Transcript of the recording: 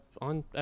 on